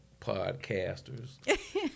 podcasters